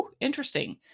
Interesting